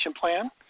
plan